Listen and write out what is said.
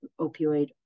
opioid